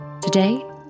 Today